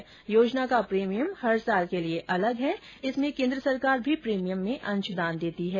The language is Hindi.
इस योजना का प्रीमियम हर साल के लिए अलग है इसमें केन्द्र सरकार भी प्रीमियम में अंषदान देती है